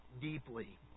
deeply